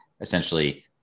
essentially